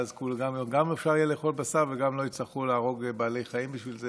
ואז גם אפשר יהיה לאכול בשר וגם לא יצטרכו להרוג בעלי חיים בשביל זה.